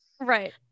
right